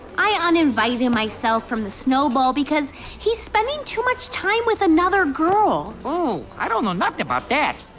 i uninvited myself from the snow ball because he's spending too much time with another girl. oh. i don't know nothin' about that.